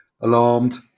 alarmed